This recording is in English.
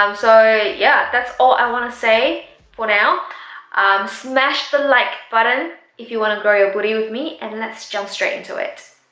um so yeah, that's all i want to say for now um smash the like button if you want to grow your booty with me and let's jump straight into it